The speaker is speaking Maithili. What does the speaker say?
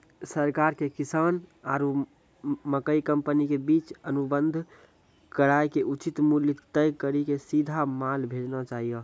सरकार के किसान आरु मकई कंपनी के बीच अनुबंध कराय के उचित मूल्य तय कड़ी के सीधा माल भेजना चाहिए?